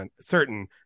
certain